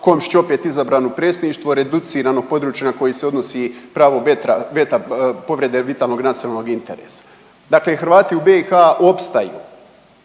Komšić opet izabran u Predsjedništvo, reducirano područje na koji se odnosi pravo veta, povrede vitalnog nacionalnog interesa. Dakle Hrvati u BiH opstaju